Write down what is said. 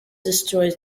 destroys